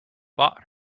bought